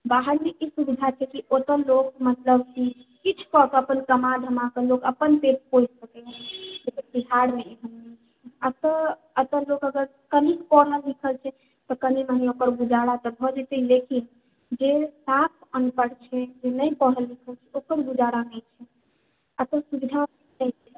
बाहरमे ई सुविधा छै कि ओत्तुका लोक मतलब कि किछु कयके कमा धमा के लोक अपन पेट पोषि सकैया बिहारमे एतय एतय लोक अगर कनि पढ़ल लिखल छै तऽ कनि ओकर गुजारा तऽ भय जेतै लेकिन जे साफ अनपढ़ छै जे नहि पढ़ल लिखल छै ओकर गुजारा नहि हेतै असल सुविधा नहि छै